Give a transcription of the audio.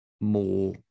more